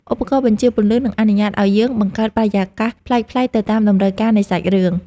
ឧបករណ៍បញ្ជាពន្លឺនឹងអនុញ្ញាតឱ្យយើងបង្កើតបរិយាកាសប្លែកៗទៅតាមតម្រូវការនៃសាច់រឿង។